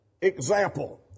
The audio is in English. example